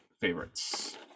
favorites